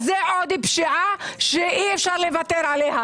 זו פשיעה שאי-אפשר לוותר עליה,